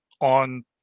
on